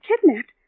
Kidnapped